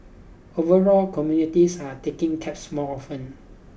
overall communities are taking cabs more often